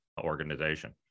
organization